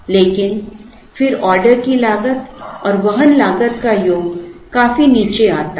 लेकिन फिर ऑर्डर की लागत और वहन लागत का योग काफी नीचे आता है